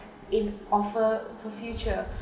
in offer for future